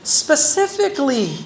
specifically